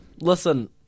Listen